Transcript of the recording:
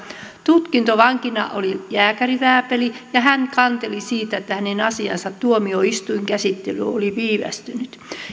tutkintovankina oli jääkärivääpeli ja hän kanteli siitä että hänen asiansa tuomioistuinkäsittely oli viivästynyt